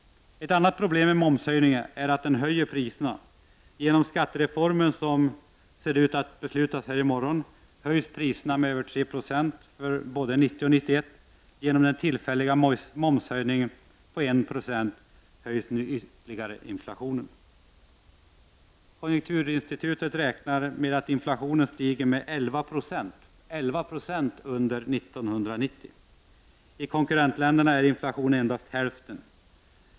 Ett annat problem med momshöjningen är att den höjer priserna. Genom skattereformen, som ser ut att beslutas här i morgon, höjs priserna med över 3 Jo för både 1990 och 1991. Genom den ”tillfälliga” momshöjningen på 196 ökar nu inflationen ytterligare. Konjunkturinstitutet räknar med att inflationen stiger med 1196 under 1990. I konkurrentländerna är inflationen endast hälften.